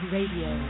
Radio